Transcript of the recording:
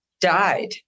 died